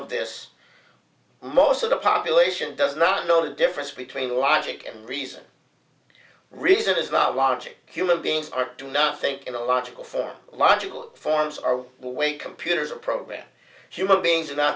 of this most of the population does not know the difference between logic and reason reason is not logic human beings are do not think in a logical form logical forms are the way computers are programmed human beings